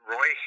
Roy